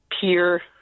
peer